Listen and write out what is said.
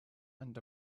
and